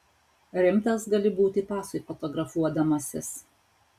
rimtas gali būti pasui fotografuodamasis